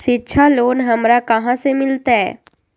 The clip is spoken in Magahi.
शिक्षा लोन हमरा कहाँ से मिलतै?